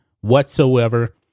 whatsoever